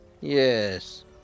yes